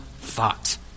thought